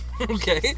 Okay